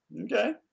okay